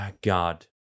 God